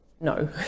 no